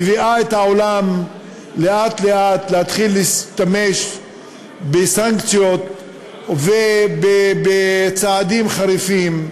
מביאה את העולם לאט-לאט להתחיל להשתמש בסנקציות ובצעדים חריפים.